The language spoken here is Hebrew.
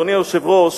אדוני היושב-ראש,